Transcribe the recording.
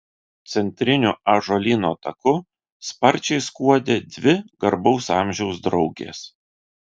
centriniu ąžuolyno taku sparčiai skuodė dvi garbaus amžiaus draugės